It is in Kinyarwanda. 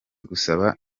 gusaba